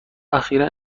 اخیرا